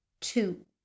two